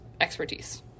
expertise